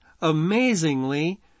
amazingly